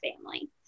family